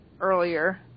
earlier